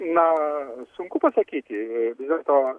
na sunku pasakyti vis dėlto